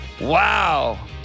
Wow